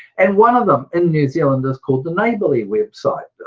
and one of them in new zealand is called the neighbourly website,